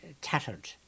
tattered